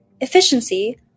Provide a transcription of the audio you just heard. efficiency